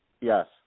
Yes